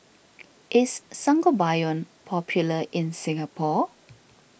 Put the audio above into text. is Sangobion popular in Singapore